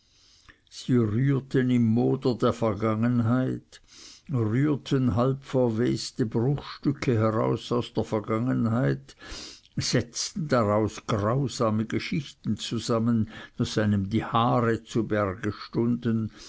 rührten im moder der vergangenheit rührten halbverweste bruchstücke herauf aus der vergangenheit setzten daraus grausame geschichten zusammen daß einem die haare zu berge stunden